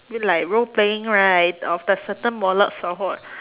I mean like role-playing right of the certain warlords